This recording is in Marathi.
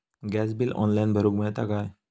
गॅस बिल ऑनलाइन भरुक मिळता काय?